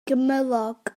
gymylog